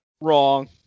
Wrong